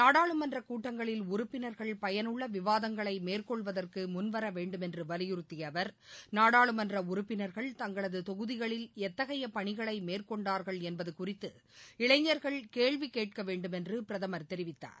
நாடாளுமன்றக் கூட்டங்களில் உறுப்பினர்கள் பயனுள்ள விவாதங்களை மேற்கொள்வதற்கு முன்வர வேண்டுமென்று வலியுறுத்திய அவர் நாடாளுமன்ற உறுப்பினர்கள் தங்களது தொகுதிகளில் எத்தகையப் பணிகளை மேற்கொண்டார்கள் என்பதைக் குறித்து இளைஞர்கள் கேள்வி கேட்க வேண்டுமென்று பிரதமர் தெரிவித்தார்